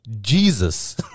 Jesus